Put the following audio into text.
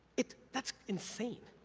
it, that's insane,